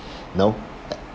you know